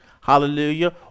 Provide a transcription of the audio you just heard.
hallelujah